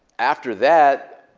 after that,